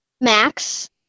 Max